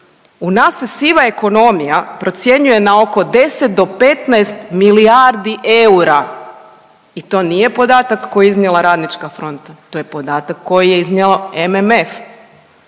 U nas se siva ekonomija procjenjuje na oko 10 do 15 milijardi eura i to nije podatak koji je iznijela Radnička fronta, to je podatak koji je iznio MMF.